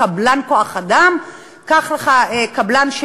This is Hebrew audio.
קח לך קבלן כוח-אדם,